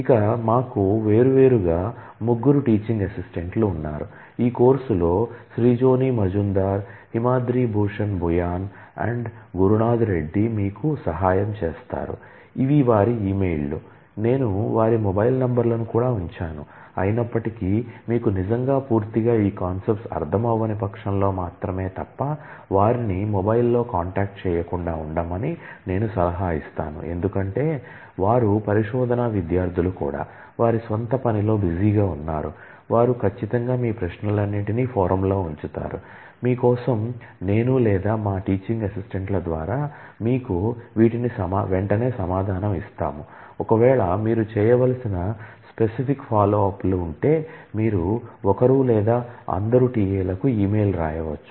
ఇక మాకు వేర్వేరుగా ముగ్గురు టిఎలు రాయవచ్చు